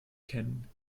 ken